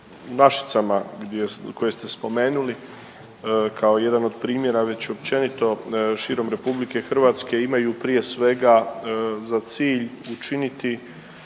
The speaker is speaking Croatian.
Našicama koje ste spomenuli kao jedan od primjere već općenito širem RH imaju prije svega za cilj učiniti